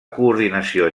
coordinació